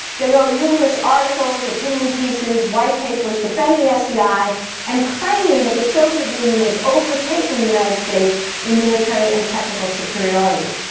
they wrote numerous articles, opinion pieces, white papers, defending sdi and claiming that the soviet union was overtaking the united states in military and technical superiority.